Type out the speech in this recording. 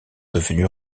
devenue